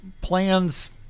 plans